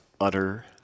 utter